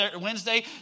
Wednesday